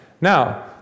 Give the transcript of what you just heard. Now